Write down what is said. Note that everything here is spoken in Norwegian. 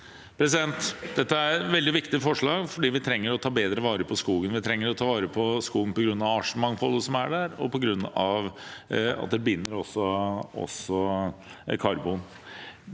forslaget. Dette er et veldig viktig forslag fordi vi trenger å ta bedre vare på skogen. Vi trenger å ta vare på skogen på grunn av artsmangfoldet som er der, og også på grunn av at det binder karbon.